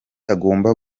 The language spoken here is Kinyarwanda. agomba